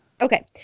Okay